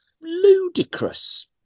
ludicrous